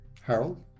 Harold